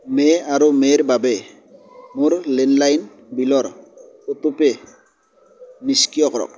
মে' আৰু মে'ৰ বাবে মোৰ লেণ্ডলাইন বিলৰ অট'পে' নিষ্ক্ৰিয় কৰক